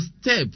step